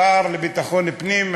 השר לביטחון פנים,